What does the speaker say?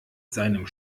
seinem